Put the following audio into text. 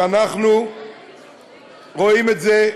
ואנחנו רואים את זה,